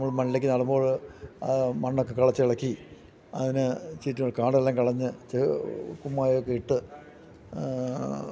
നമ്മൾ മണ്ണിലേക്ക് നടുമ്പോൾ ആ മണ്ണൊക്കെ കളച്ച് ഇളക്കി അതിന് ചുറ്റും കാടെല്ലാം കളഞ്ഞ് കുമ്മായം ഒക്കെ ഇട്ട്